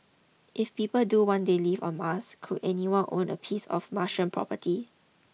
if people do one day live on Mars could anyone own a piece of Martian property